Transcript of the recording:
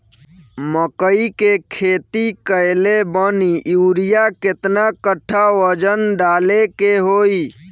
मकई के खेती कैले बनी यूरिया केतना कट्ठावजन डाले के होई?